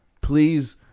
Please